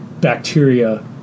bacteria